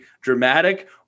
dramatic